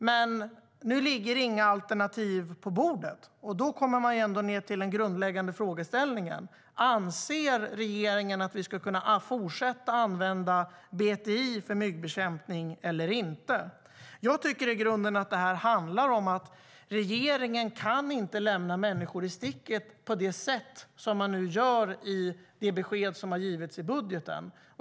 Men nu ligger inga alternativ på bordet, och då kommer man ned till den grundläggande frågeställningen: Anser regeringen att vi ska kunna fortsätta att använda BTI för myggbekämpning eller inte? Jag tycker att detta i grunden handlar om att regeringen inte kan lämna människor i sticket på det sätt man nu gör i det besked som givits i budgeten.